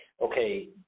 Okay